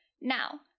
Now